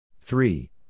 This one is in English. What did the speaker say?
Three